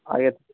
আগে